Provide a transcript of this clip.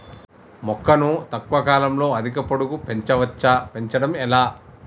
మొక్కను తక్కువ కాలంలో అధిక పొడుగు పెంచవచ్చా పెంచడం ఎలా?